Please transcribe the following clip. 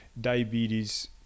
diabetes